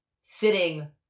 sitting